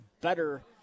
better